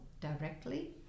directly